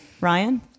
Ryan